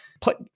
put